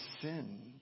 sin